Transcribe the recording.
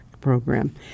program